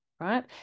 right